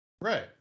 Right